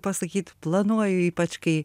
pasakyt planuoja ypač kai